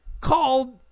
called